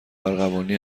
ارغوانی